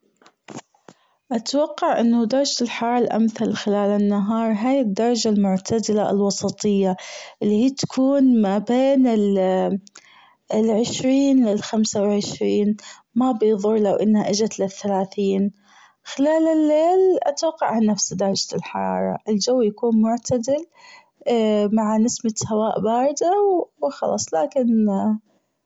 أتوقع أنه درجة الحرارة الأمثل خلال النهار هي الدرجة المعتدلة الوسطية اللي هي تكون ما بين العشرين للخمس وعشرين ما بيظر لو أنها أجت للثلاثين خلال الليل أتوقع نفس درجة الحرارة الجو يكون معتدل مع نسمة هواء باردة و خلاص لكن.